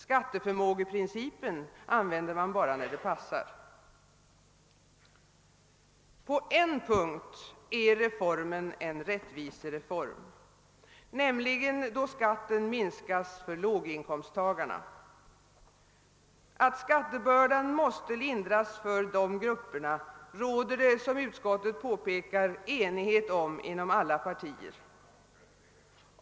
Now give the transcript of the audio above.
Skatteförmågeprincipen använder man bara när det passar. På en punkt är reformen en rättvisereform, nämligen då skatten minskas för låginkomsttagarna. Att skattebördan måste lindras för dessa grupper råder det som utskottet påpekat enighet om inom alla partier.